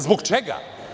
Zbog čega?